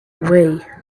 away